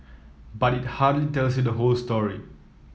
but it hardly tells you the whole story